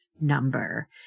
number